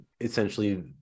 essentially